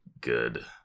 good